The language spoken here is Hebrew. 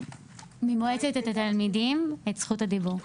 ממועצת את התלמידים את זכות הדיבור.